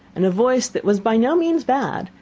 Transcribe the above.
and a voice that was by no means bad,